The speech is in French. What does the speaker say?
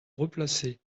replacer